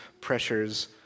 pressures